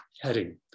heading